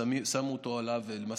ששמו אותו עליהם,